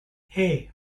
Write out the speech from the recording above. hey